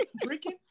drinking